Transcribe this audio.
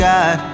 God